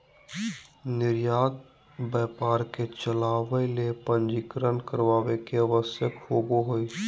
निर्यात व्यापार के चलावय ले पंजीकरण करावय के आवश्यकता होबो हइ